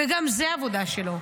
גם זו עבודה שלו.